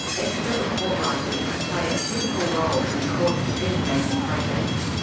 expert report writers can play a pivotal role in the court's decision-making process.